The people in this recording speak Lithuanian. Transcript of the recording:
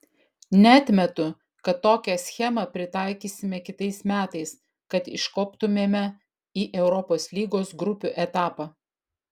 neatmetu kad tokią schemą pritaikysime kitais metais kad iškoptumėme į europos lygos grupių etapą